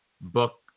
book